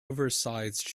oversized